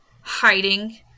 hiding